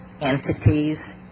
entities